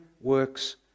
works